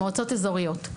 מועצות אזוריות.